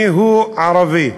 מיהו ערבי.